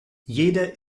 jeder